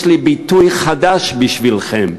יש לי ביטוי חדש בשבילכם,